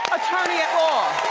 attorney at law.